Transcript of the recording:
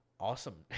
awesome